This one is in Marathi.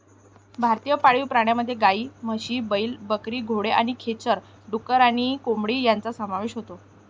भारतीय पाळीव प्राण्यांमध्ये गायी, म्हशी, बैल, बकरी, घोडे आणि खेचर, डुक्कर आणि कोंबडी यांचा समावेश होतो